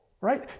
right